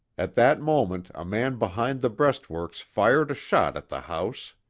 at that moment a man behind the breastworks fired a shot at the house.